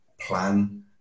plan